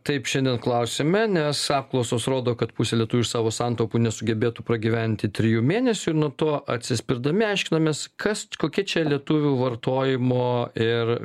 taip šiandien klausiame nes apklausos rodo kad pusė lietuvių iš savo santaupų nesugebėtų pragyventi trijų mėnesių ir nuo to atsispirdami aiškinamės kas kokie čia lietuvių vartojimo ir